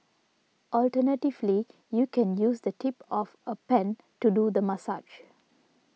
alternatively you can use the tip of a pen to do the massage